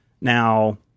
Now